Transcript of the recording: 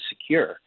secure